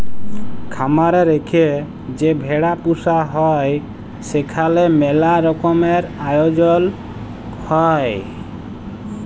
খামার এ রেখে যে ভেড়া পুসা হ্যয় সেখালে ম্যালা রকমের আয়জল হ্য়য়